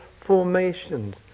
formations